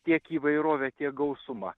tiek įvairovę tiek gausumą